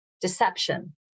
deception